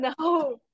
no